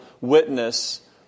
witness